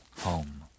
Home